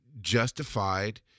justified